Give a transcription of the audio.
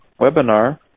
webinar